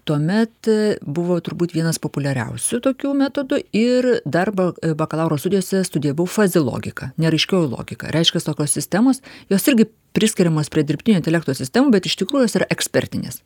tuomet buvo turbūt vienas populiariausių tokių metodų ir dar buvo bakalauro studijose studijavau faziologiką neraiškioji logika reiškias tokios sistemos jos irgi priskiriamos prie dirbtinio intelekto sistemų bet iš tikrųjų yra ekspertinės